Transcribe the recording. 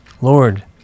Lord